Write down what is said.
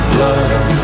Blood